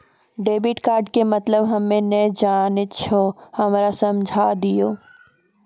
Debit card के मतलब हम्मे नैय जानै छौ हमरा समझाय दियौ?